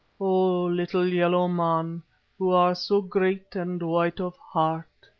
o little yellow man who are so great and white of heart.